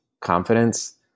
confidence